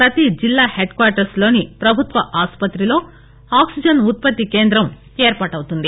ప్రతి జిల్లా హెడ్క్వార్టర్లోని ప్రభుత్వాస్పత్రిలో ఆక్పిజన్ ఉత్పత్తి కేంద్రం ఏర్పాటవుతుంది